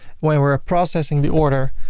when we're processing the order,